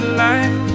life